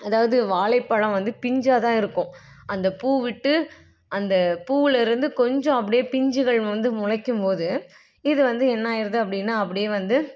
அதாவது வாழைப்பளம் வந்து பிஞ்சாகதான் இருக்கும் அந்த பூ விட்டு அந்த பூவுலிருந்து கொஞ்சம் அப்படியே பிஞ்சுகள் வந்து முளைக்கும்போது இது வந்து என்னாயிடுது அப்படின்னா அப்படியே வந்து